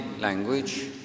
language